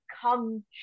come